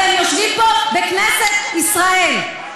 אתם יושבים בכנסת ישראל.